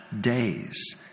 days